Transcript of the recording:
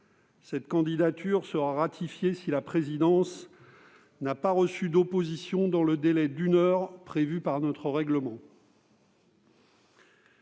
Cette candidature sera ratifiée si la présidence n'a pas reçu d'opposition dans le délai d'une heure prévu par notre règlement.